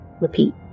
Repeat